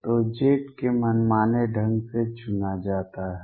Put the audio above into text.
तो z को मनमाने ढंग से चुना जाता है